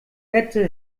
hätte